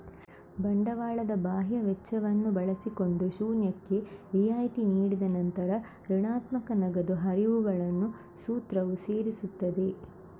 ಬಂಡವಾಳದ ಬಾಹ್ಯ ವೆಚ್ಚವನ್ನು ಬಳಸಿಕೊಂಡು ಶೂನ್ಯಕ್ಕೆ ರಿಯಾಯಿತಿ ನೀಡಿದ ನಂತರ ಋಣಾತ್ಮಕ ನಗದು ಹರಿವುಗಳನ್ನು ಸೂತ್ರವು ಸೇರಿಸುತ್ತದೆ